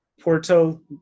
Porto